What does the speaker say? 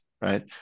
right